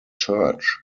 church